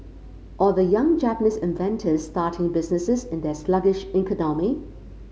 or the young Japanese inventors starting businesses in their sluggish economy